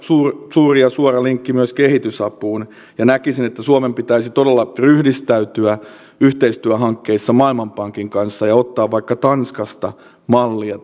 suuri ja suora linkki myös kehitysapuun ja näkisin että suomen pitäisi todella ryhdistäytyä yhteistyöhankkeissa maailmanpankin kanssa ja ottaa vaikka tanskasta mallia